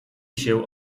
się